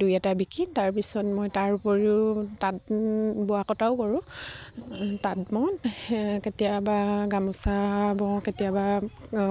দুই এটা বিকি তাৰপিছত মই তাৰ উপৰিও তাঁত বোৱা কটাও কৰোঁ তাঁত বওঁ কেতিয়াবা গামোচা বওঁ কেতিয়াবা